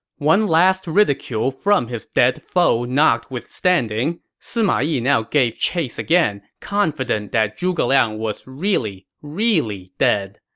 one last ridicule from his dead foe notwithstanding, sima yi now gave chase again, confident that zhuge liang was really, really dead.